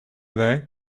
they